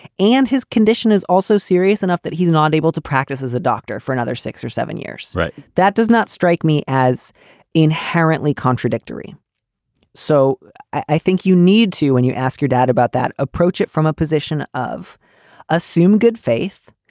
and his condition is also serious enough that he's not able to practice as a doctor for another six or seven years. that does not strike me as inherently contradictory so i think you need to when you ask your dad about that, approach it from a position of assume good faith,